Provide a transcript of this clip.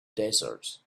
desert